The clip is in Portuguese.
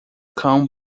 cão